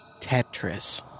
Tetris